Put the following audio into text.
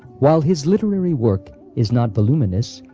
while his literary work is not voluminous,